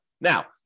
Now